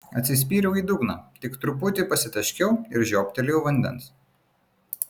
atsispyriau į dugną tik truputį pasitaškiau ir žiobtelėjau vandens